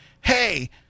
hey